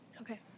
Okay